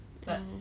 mm